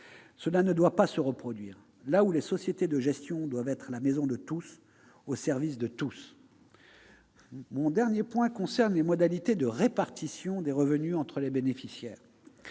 Cela ne doit pas se reproduire. Les sociétés de gestion doivent être la maison de tous, au service de tous. Mon dernier point concerne les modalités de répartition des revenus entre les bénéficiaires.